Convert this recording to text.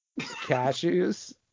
Cashews